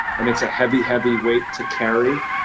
and it's a heavy, heavy weight to carry.